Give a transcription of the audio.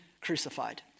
crucified